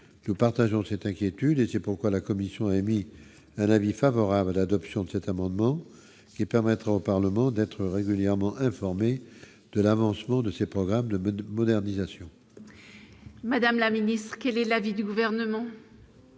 nous partageons cette inquiétude et c'est pourquoi la Commission a émis un avis favorable à l'adoption de cet amendement, qui permettra au Parlement d'être régulièrement informés de l'avancement de ces programmes de de modernisation. Madame la ministre, quel est l'avis du gouvernement.